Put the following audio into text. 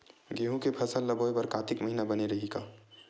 गेहूं के फसल ल बोय बर कातिक महिना बने रहि का?